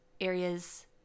areas